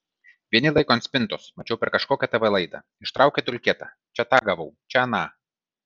vieni laiko ant spintos mačiau per kažkokią tv laidą ištraukė dulkėtą čia tą gavau čia aną